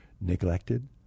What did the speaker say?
neglected